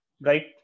right